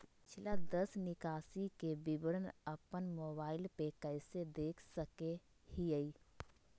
पिछला दस निकासी के विवरण अपन मोबाईल पे कैसे देख सके हियई?